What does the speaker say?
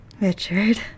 richard